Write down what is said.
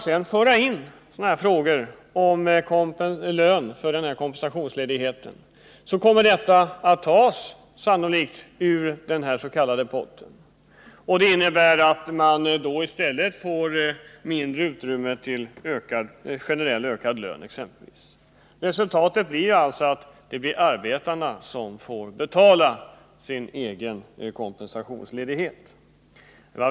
Om sedan sådana frågor som denna om lön för kompensationsledighet skall föras in i förhandlingarna tas kostnaderna för denna typ av frågor sannolikt från den redan framförhandlade potten. Det innebär då att utrymmet för exempelvis generellt ökad lön minskar. Resultatet blir alltså att arbetarna får betala sin egen kompensationsledighet.